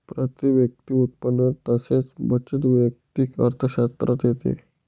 प्रती व्यक्ती उत्पन्न तसेच बचत वैयक्तिक अर्थशास्त्रात येते